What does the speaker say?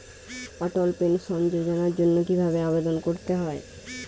অটল pension যোজনার জন্য কি ভাবে আবেদন করতে হয়?